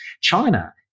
China